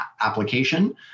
application